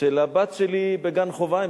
של הבת שלי בגן חובה.